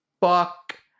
fuck